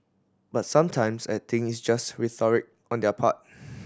but sometimes I think it's just rhetoric on their part